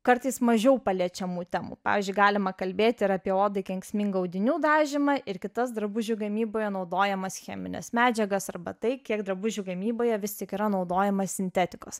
kartais mažiau paliečiamų temų pavyzdžiui galima kalbėti ir apie odai kenksmingą audinių dažymą ir kitas drabužių gamyboje naudojamas chemines medžiagas arba tai kiek drabužių gamyboje vis tik yra naudojama sintetikos